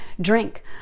drink